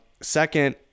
Second